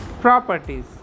properties